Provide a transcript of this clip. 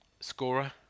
Scorer